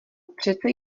přece